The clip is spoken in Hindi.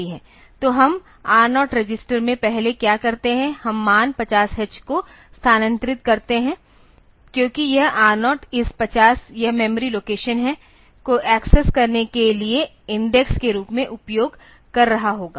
तो हम R0 रजिस्टर में पहले क्या करते हैं हम मान 50h को स्थानांतरित करते हैं क्योंकि यह R0 इस 50 यह मेमोरी लोकेशन है को एक्सेस करने के लिए इंडेक्स के रूप में उपयोग कर रहा होगा